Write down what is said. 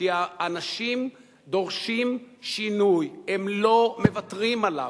כי האנשים דורשים שינוי, הם לא מוותרים עליו.